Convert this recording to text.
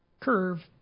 curve